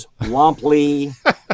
womply